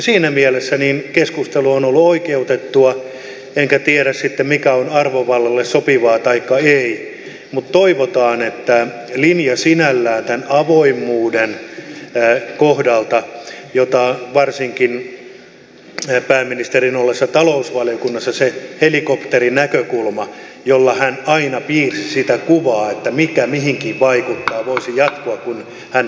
siinä mielessä keskustelu on ollut oikeutettua enkä tiedä sitten mikä on arvovallalle sopivaa taikka ei mutta toivotaan että linja sinällään tämän avoimuuden kohdalta jota varsinkin pääministeri ollessaan talousvaliokunnassa noudatti se helikopterinäkökulma jolla hän aina piirsi sitä kuvaa että mikä mihinkin vaikuttaa voisi jatkua kun hän toimii nyt pääministerinä